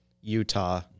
utah